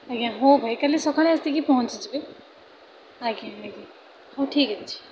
ଆଜ୍ଞା ହଉ ଭାଇ କାଲି ସକାଳେ ଆସିକି ପହଞ୍ଚିଯିବେ ଆଜ୍ଞା ଆଜ୍ଞା ହଉ ଠିକ୍ ଅଛି